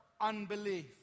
unbelief